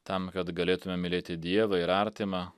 tam kad galėtume mylėti dievą ir artimą